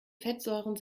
fettsäuren